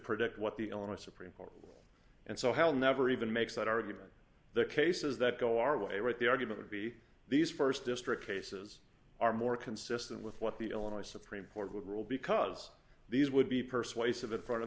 predict what the illinois supreme court will and so he'll never even makes that argument the cases that go our way with the argument would be these st district cases are more consistent with what the illinois supreme court would rule because these would be persuasive in front of